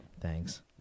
Thanks